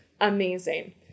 amazing